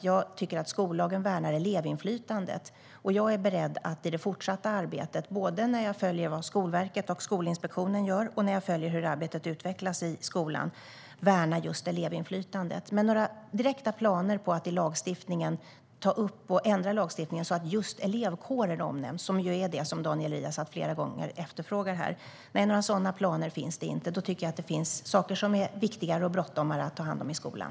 Jag tycker att skollagen värnar elevinflytandet, och jag är beredd att i det fortsatta arbetet när jag följer både vad Skolverket och Skolinspektionen gör och hur arbetet utvecklas i skolan värna just elevinflytandet. Men några direkta planer på att ändra lagstiftningen så att just elevkårer omnämns, vilket ju är det som Daniel Riazat flera gånger efterfrågat, finns det inte. Jag tycker att det finns saker som det är viktigare och mer bråttom att ta hand om i skolan.